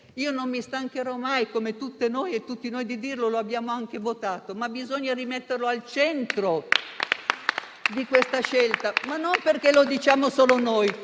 Non mi stancherò mai di dirlo, come tutte noi e tutti noi; lo abbiamo anche votato, ma bisogna rimetterlo al centro di questa scelta e non perché lo diciamo solo noi.